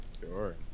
Sure